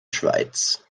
schweiz